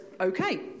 okay